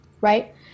Right